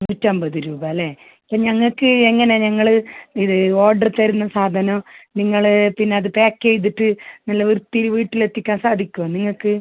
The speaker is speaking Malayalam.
നൂറ്റൻപത് രൂപാല്ലേ അപ്പം ഞങ്ങൾക്ക് എങ്ങനെ ഞങ്ങൾ ഇത് ഓർഡറ് തരുന്ന സാധനം നിങ്ങൾ പിന്നെ അത് പാക്ക് ചെയ്തിട്ട് നല്ല വൃത്തിയിൽ വീട്ടിൽ എത്തിക്കാൻ സാധിക്കോ നിങ്ങൾക്ക്